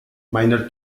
minor